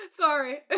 sorry